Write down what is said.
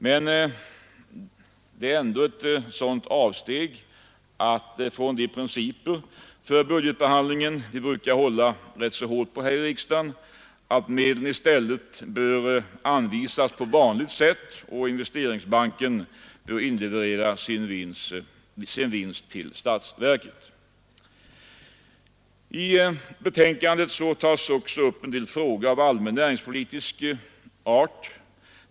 Men det är ändå ett sådant avsteg från de principer för budgetbehandlingen som vi brukar hålla hårt på här i riksdagen, nämligen att medlen i stället bör anvisas på vanligt sätt och att Investeringsbanken bör inleverera sin vinst till statsverket. I betänkandet tas också upp en del frågor av allmän näringspolitisk art.